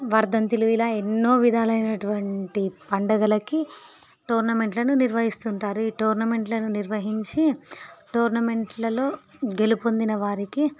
వర్ధంతిలు ఇలా ఎన్నో విధాలైనటువంటి పండుగలకి టోర్నమెంట్లను నిర్వహిస్తుంటారు ఈ టోర్నమెంట్లను నిర్వహించి టోర్నమెంట్లలో గెలుపొందిన వారికి